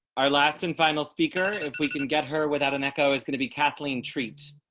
our last and final speaker. if we can get her without an echo is going to be kathleen treats.